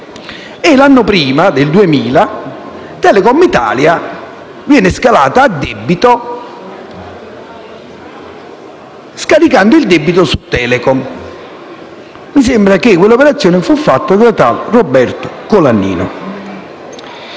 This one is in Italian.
L'anno prima, Telecom Italia era stata scalata a debito, scaricando il debito su Telecom. Mi pare che quell'operazione fu fatta da tale Roberto Colaninno.